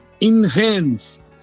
enhance